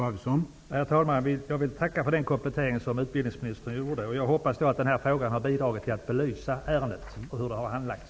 Herr talman! Jag vill tacka för den komplettering som utbildningsministern gjorde. Jag hoppas att den här frågan har bidragit till att belysa ärendet och hur det har handlagts.